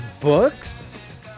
books